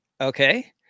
okay